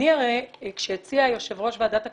כשהציע יושב-ראש ועדת הכלכלה,